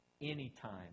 Anytime